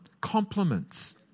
Compliments